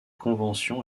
convention